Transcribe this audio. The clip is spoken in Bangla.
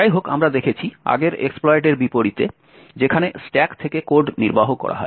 যাইহোক আমরা দেখেছি আগের এক্সপ্লয়েট এর বিপরীতে যেখানে স্ট্যাক থেকে কোড নির্বাহ করা হয়